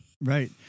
right